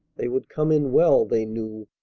they would come in well, they knew,